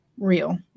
Real